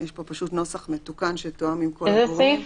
יש פה נוסח מתוקן שתואם עם כל הגורמים.